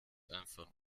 einfach